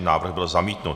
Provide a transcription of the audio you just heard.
Návrh byl zamítnut.